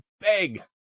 beg